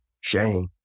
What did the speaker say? Shame